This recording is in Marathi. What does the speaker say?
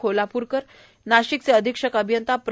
खोलापूरकर नाशिकचे अधीक्षक अभियंता प्र